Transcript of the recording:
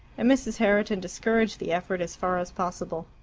and mrs. herriton discouraged the effort as far as possible.